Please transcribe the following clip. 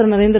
பிரதமர் திரு